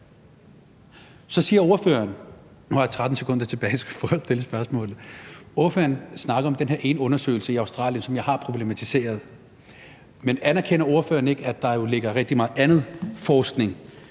Så siger ordføreren – nu har jeg 13 sekunder tilbage, så jeg skal prøve at stille et spørgsmål – noget om den her ene undersøgelse i Australien, som jeg har problematiseret. Men anerkender ordføreren ikke, at der jo ligger rigtig meget andet forskning,